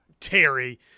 Terry